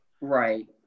Right